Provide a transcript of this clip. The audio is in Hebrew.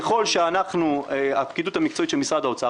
ככל שהפקידות המקצועית של משרד האוצר,